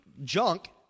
junk